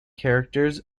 characters